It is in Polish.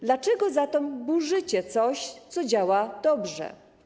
Dlaczego zatem burzycie coś, co działa dobrze?